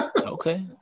Okay